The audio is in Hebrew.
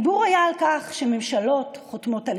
הדיבור היה על כך שממשלות חותמות על